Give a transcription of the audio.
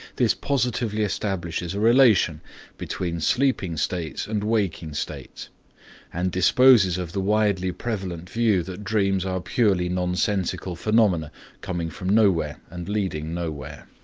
this positively establishes a relation between sleeping states and waking states and disposes of the widely prevalent view that dreams are purely nonsensical phenomena coming from nowhere and leading nowhere.